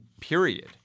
period